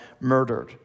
murdered